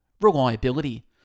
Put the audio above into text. reliability